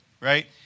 Right